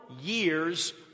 year's